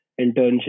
internship